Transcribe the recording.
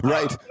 Right